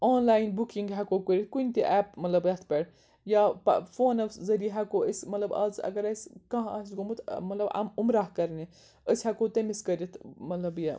online booking ہیٚکو کٔرِتھ کُنہِ تہِ ایپ مطلب یَتھ پٮ۪ٹھ یا فونو ذٔریعہِ ہیٚکو أسۍ مطلب آز اَگر اَسہِ کانٛہہ آسہِ گوٚمُت مطلب ام عُمرہ کَرنہِ أسۍ ہیٚکو تٔمِس کٔرِتھ مطلب یہِ